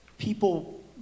People